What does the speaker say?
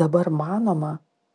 dabar manoma